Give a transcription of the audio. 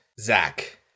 Zach